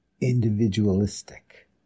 individualistic